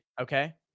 Okay